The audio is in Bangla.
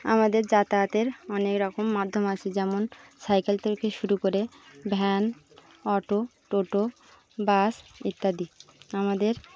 আমাদের যাতায়াতের অনেক রকম মাধ্যম আসছে যেমন সাইকেল থেকে শুরু করে ভ্যান অটো টোটো বাস ইত্যাদি আমাদের